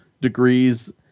degrees